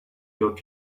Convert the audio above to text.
your